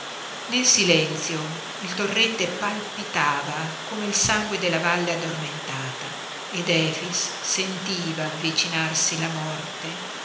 nel silenzio il torrente palpitava come il sangue della valle addormentata ed efix sentiva avvicinarsi la morte